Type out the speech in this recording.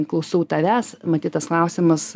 klausau tavęs matyt tas klausimas